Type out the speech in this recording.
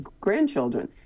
grandchildren